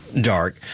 dark